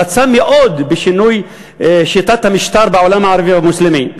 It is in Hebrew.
רצה מאוד בשינוי שיטת המשטר בעולם הערבי המוסלמי,